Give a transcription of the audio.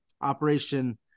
operation